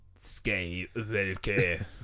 Skywalker